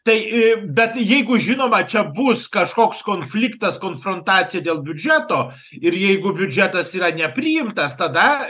tai į bet jeigu žinoma čia bus kažkoks konfliktas konfrontacija dėl biudžeto ir jeigu biudžetas yra nepriimtas tada